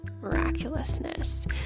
miraculousness